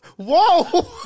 Whoa